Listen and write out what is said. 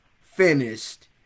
finished